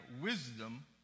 wisdom